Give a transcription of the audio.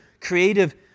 creative